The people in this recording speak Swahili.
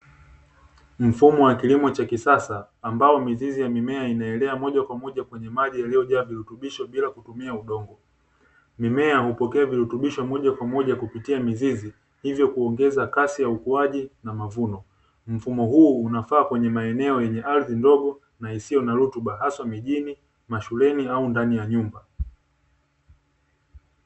Mfumo wa kilimo cha kisasa ambao mizizi ya mimea inaelea moja kwa moja kwenye maji yaliyojaa virutubisho bila kutumia udongo. Mimea hupokea virutubisho moja kwa moja kupitia mizizi, hivyo kuongeza kasi ya ukuaji na mavuno. Mfumo huu unafaa kwenye maeneo yenye ardhi ndogo na isiyo na rutuba hasa mijini, mashuleni au ndani ya nyumba.